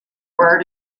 word